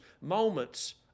moments